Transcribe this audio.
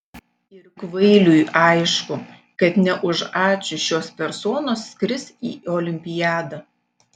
ir kvailiui aišku kad ne už ačiū šios personos skris į olimpiadą